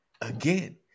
again